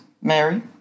Mary